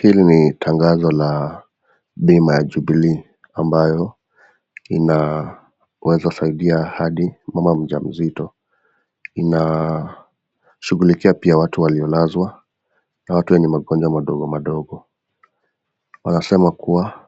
Hili ni tangazo la bima ya Jubilee ambayo inaweza saidia hadi mama mzito inashughulikia pia watu walio lazwa na wenye magonjwa madogo madogo. Wanasema kuwa